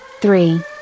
three